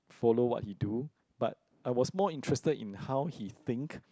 follow what he do but I was more interested in how he think